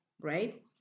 right